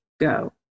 go